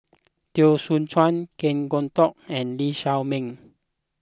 Teo Soon Chuan Kan Kwok Toh and Lee Shao Meng